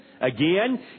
Again